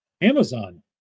Amazon